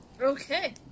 Okay